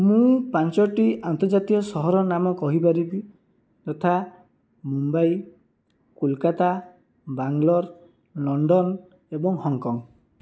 ମୁଁ ପାଞ୍ଚଟି ଆନ୍ତର୍ଜାତିକ ସହରର ନାମ କହିପାରିବି ଯଥା ମୁମ୍ବାଇ କୋଲକାତା ବାଙ୍ଗାଲୋର ଲଣ୍ଡନ ଏବଂ ହଂକଂ